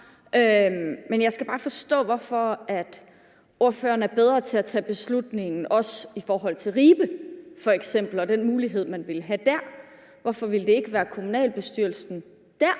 Men jeg skal bare forstå, hvorfor ordføreren er bedre til at tage beslutningen også i forhold til f.eks. Ribe og den mulighed, man ville have dér. Hvorfor ville det ikke være kommunalbestyrelsen dér,